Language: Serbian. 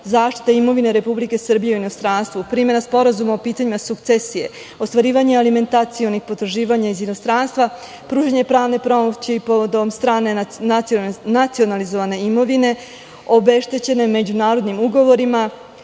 zaštita imovine Republike Srbije u inostranstvu, primena sporazuma o pitanjima sukcesije, ostvarivanje alimentacionih potraživanja iz inostranstva, pružanje pravne pomoći povodom nacionalizovane imovine obeštećene međunarodnim ugovorima,